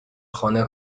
خانه